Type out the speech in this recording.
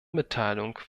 mitteilung